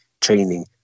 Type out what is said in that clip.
training